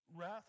wrath